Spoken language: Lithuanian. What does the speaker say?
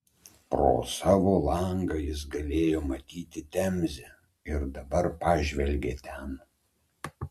pro savo langą jis galėjo matyti temzę ir dabar pažvelgė ten